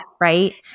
right